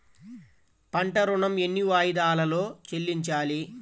పంట ఋణం ఎన్ని వాయిదాలలో చెల్లించాలి?